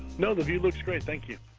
no, the view looks great, thank you.